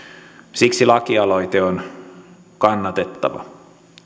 siksi lakialoite on kannatettava